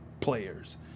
players